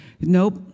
Nope